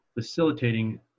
facilitating